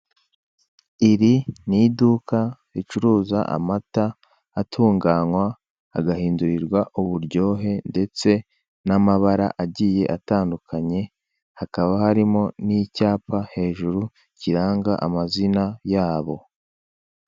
Iri ni iduka ricuruza amata atuganywa agahindurirwa uburyohe ndetse n'amabara agiye atandukanye, hakaba harimo n'icyapa hejuru kiranga amazina yabo.